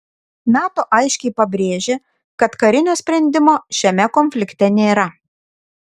nato aiškiai pabrėžė kad karinio sprendimo šiame konflikte nėra